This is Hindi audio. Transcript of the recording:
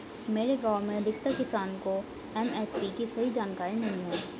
मेरे गांव में अधिकतर किसान को एम.एस.पी की सही जानकारी नहीं है